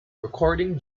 recording